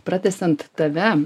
pratęsiant tave